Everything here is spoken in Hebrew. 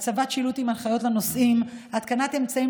הצבת שילוט עם הנחיות לנוסעים והתקנת אמצעים